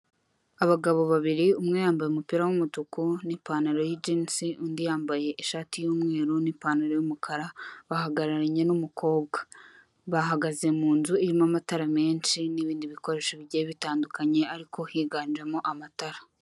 Abagabo babiri umwe yambaye umupira w'umutuku n'ipantaro y'ijinsi, undi yambaye ishati y'umweru n'ipantaro y'umukara bahagararanye n'umukobwa bahagaze mu nzu irimo amatara menshi n'ibindi bikoresho bigiye bitandukanye ariko higanjemo amatara.